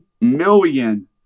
million